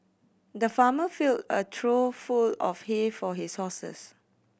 the farmer filled a trough full of hay for his horses